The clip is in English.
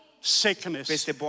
sickness